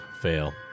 Fail